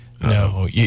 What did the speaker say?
No